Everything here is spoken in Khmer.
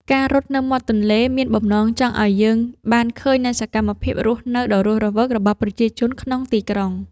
ការរត់នៅមាត់ទន្លេមានបំណងចង់ឱ្យយើងបានឃើញនូវសកម្មភាពរស់នៅដ៏រស់រវើករបស់ប្រជាជនក្នុងទីក្រុង។